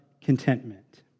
contentment